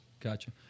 Gotcha